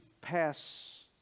pass